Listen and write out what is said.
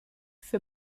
für